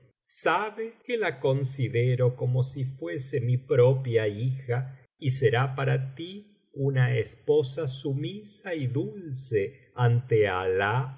sabe que la considero como si fuese mi propia hija y será para ti una esposa sumisa y dulce ante alah y